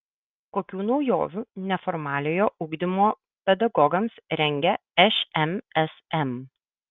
kokių naujovių neformaliojo ugdymo pedagogams rengia šmsm